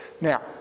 Now